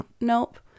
Nope